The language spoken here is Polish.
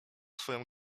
swoją